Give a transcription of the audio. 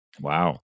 wow